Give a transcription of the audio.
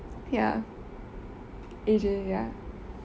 ya A_J ya